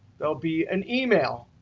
there'll be an email,